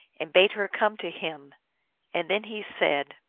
and bade her come to him and then he said,